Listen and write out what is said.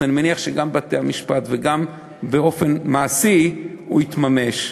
אני מניח שגם בבתי-המשפט וגם באופן מעשי הוא יתממש.